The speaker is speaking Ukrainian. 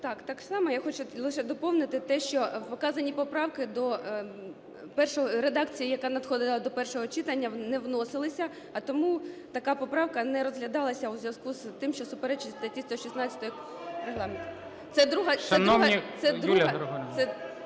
Так, так само. Я хочу лише доповнити те, що вказані поправки до редакції, яка надходила до першого читання, не вносилися, а тому така поправка не розглядалася у зв'язку із тим, що суперечить статті 116 Регламенту.